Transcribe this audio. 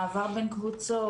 מעבר בין קבוצות,